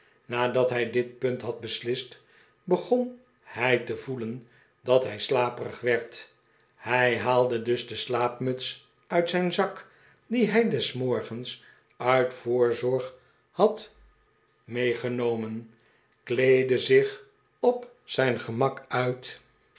nadat hij dit punt had beslist begon hij te voelen dat hij slaperig werd mj haalde dus de slaapmuts uit zijn zak die hij des morgens uit voorzorg had meegenomen kleedde zich op zijn gemak uit